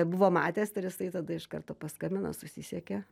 buvo matęs ir jisai tada iš karto paskambino susisiekė